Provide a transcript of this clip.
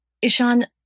Ishan